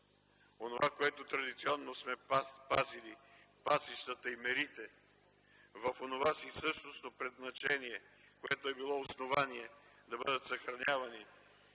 Онова, което традиционно сме пазили – пасищата и мерите, в онова си същностно предназначение, което е било основание да бъдат съхранявани,